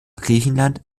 griechenland